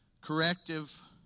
corrective